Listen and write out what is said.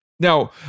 Now